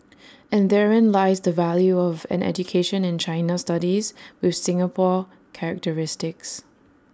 and therein lies the value of an education in China studies with Singapore characteristics